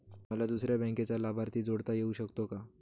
मला दुसऱ्या बँकेचा लाभार्थी जोडता येऊ शकतो का?